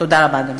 תודה רבה, אדוני.